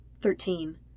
Thirteen